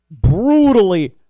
brutally